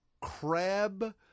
crab